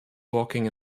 walking